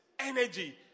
energy